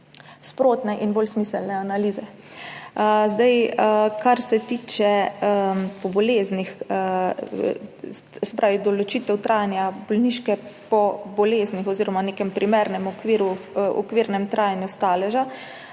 sprotne in bolj smiselne analize. Kar se tiče določitve trajanja bolniške po boleznih oziroma nekem primernem okvirnem trajanju staleža,